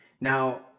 Now